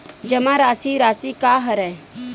जमा राशि राशि का हरय?